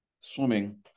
swimming